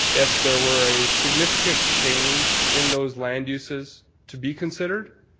if there were a significant change in those land uses to be considered,